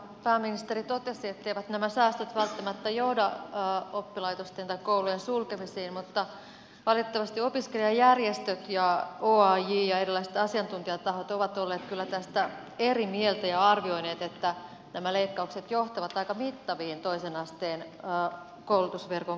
pääministeri totesi etteivät nämä säästöt välttämättä johda oppilaitosten tai koulujen sulkemisiin mutta valitettavasti opiskelijajärjestöt oaj ja erilaiset asiantuntijatahot ovat olleet kyllä tästä eri mieltä ja arvioineet että nämä leikkaukset johtavat aika mittaviin toisen asteen koulutusverkon karsimisiin